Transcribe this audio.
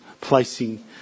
placing